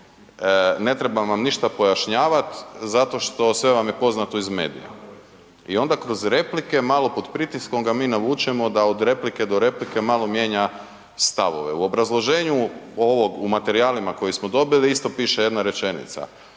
ne trebam vam ništa pojašnjavat zato što sve vam je poznato iz medija. I onda kroz replike malo pod pritiskom ga mi navučemo da od replike do replike malo mijenja stavove. U obrazloženju ovog, u materijalima koje smo dobili isto piše jedna rečenica,